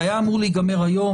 זה היה אמור להיגמר היום,